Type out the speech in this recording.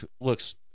looks